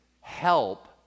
help